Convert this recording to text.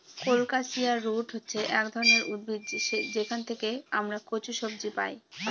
colocasia root হচ্ছে এক ধরনের উদ্ভিদ যেখান থেকে আমরা কচু সবজি পাই